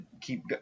keep